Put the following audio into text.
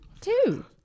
two